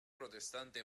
protestante